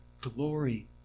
glory